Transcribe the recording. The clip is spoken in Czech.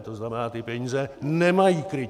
To znamená, ty peníze nemají krytí!